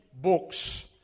books